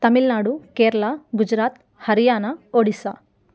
Tamil Nadu Kerala Gujarat Haryana Orissa